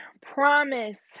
promise